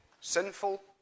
sinful